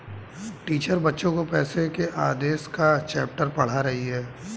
teacher बच्चो को पैसे के आदेश का चैप्टर पढ़ा रही हैं